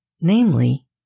Namely